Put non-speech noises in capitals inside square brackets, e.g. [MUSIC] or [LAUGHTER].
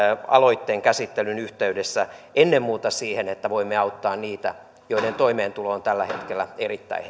aloitteen käsittelyn yhteydessä ennen muuta siihen että voimme auttaa niitä joiden toimeentulo on tällä hetkellä erittäin [UNINTELLIGIBLE]